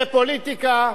זה פוליטיקה,